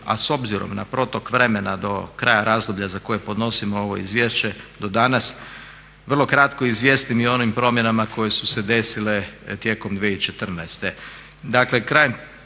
a s obzirom na protok vremena do kraja razdoblja za koje podnosim ovo izvješće do danas, vrlo kratko izvijestim i o onim promjenama koje su se desile tijekom 2014.